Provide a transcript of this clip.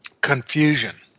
confusion